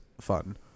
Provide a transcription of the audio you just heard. fun